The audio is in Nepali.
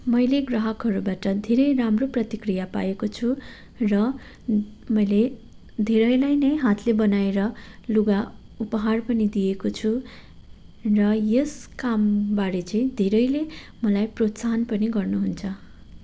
मैले ग्राहकहरूबाट धेरै राम्रो प्रतिक्रिया पाएको छु र मैले धेरैलाई नै हातले बनाएर लुगा उपहार पनि दिएको छु र यस कामबारे चाहिँ धेरैले मलाई प्रोत्साहन पनि गर्नुहुन्छ